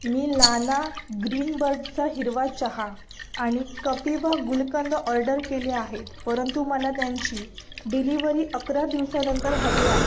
मी लाना ग्रीनबर्डचा हिरवा चहा आणि कपिवा गुलकंद ऑर्डर केले आहेत परंतु मला त्यांची डिलिव्हरी अकरा दिवसानंतर हवी आहे